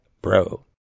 bro